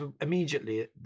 immediately